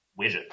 widget